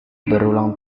berulang